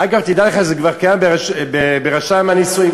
אגב, תדע לך, זה כבר קיים ברשם הנישואים.